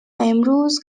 امروز